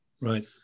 right